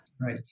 Right